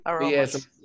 Yes